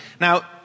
Now